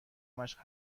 مشق